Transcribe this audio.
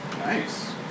Nice